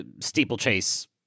steeplechase